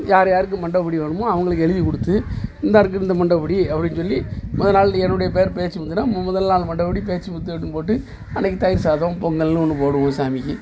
யார் யாருக்கு மண்டப்புடி வேணுமோ அவங்களுக்கு எழுதிக் கொடுத்து இந்தா இருக்குது இந்த மண்டப்புடி அப்படின்னு சொல்லி முதநாள் என்னுடைய பெயர் பேச்சிமுத்துன்னா முதல் நாள் மண்டப்புடி பேச்சிமுத்து அப்படின்னு போட்டு அன்னைக்கு தயிர்சாதம் பொங்கல்ன்னு ஒன்று போடுவோம் சாமிக்கு